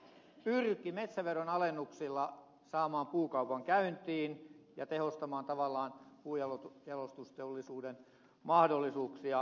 hallitus pyrki metsäveron alennuksilla saamaan puukaupan käyntiin ja tehostamaan tavallaan puujalostusteollisuuden mahdollisuuksia